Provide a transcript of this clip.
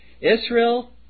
Israel